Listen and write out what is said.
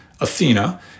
Athena